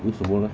为什么 leh